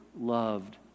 loved